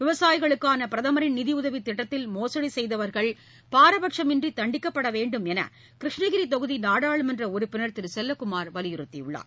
விவசாயிகளுக்கான பிரதமரின் நிதியுதவி திட்டத்தில் மோசடி செய்தவர்கள் பாரபட்சமின்றி தண்டிக்கப்பட வேண்டும் என கிருஷ்ணகிரி தொகுதி நாடாளுமன்ற உறுப்பினர் திரு செசல்லக்குமார் வலியுறுத்தியுள்ளார்